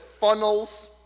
funnels